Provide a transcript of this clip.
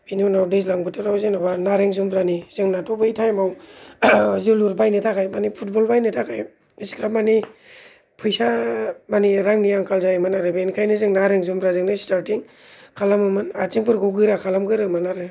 बिनि उनाव दैज्लां बोथोराव जेन'बा नारें जुमब्रानि जोंनाथ' बै थाएमआव जोलुर बायनो थाखाय माने फुटबल बायनो थाखाय एसेग्राब मानि फैसा मानि रांनि आंखाल जायोमोन आरो बेनिखायनो नारें जुमब्राजोंनो स्थारथिं खालामोमोन आथिंफोरखौ गोरा खालामगोरोमोन आरो